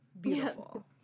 Beautiful